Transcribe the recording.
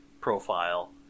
profile